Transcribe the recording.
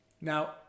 Now